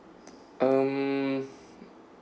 um